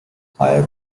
higher